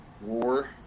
war